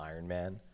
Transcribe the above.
Ironman